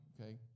okay